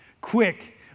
Quick